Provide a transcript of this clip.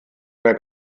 mehr